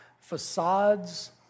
Facades